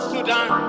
Sudan